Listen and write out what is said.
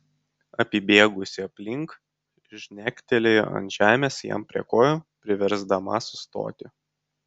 apibėgusi aplink žnektelėjo ant žemės jam prie kojų priversdama sustoti